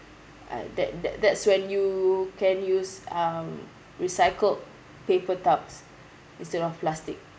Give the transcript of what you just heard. uh that that that's when you can use um recycled paper tubs instead of plastic